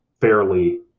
fairly